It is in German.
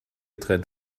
trend